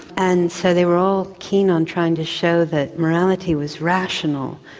and so they were all keen on trying to show that morality was rational,